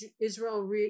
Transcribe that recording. Israel